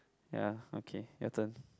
ya okay your turn